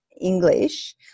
english